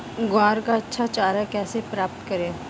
ग्वार का अच्छा चारा कैसे प्राप्त करें?